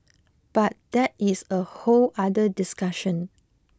but that is a whole other discussion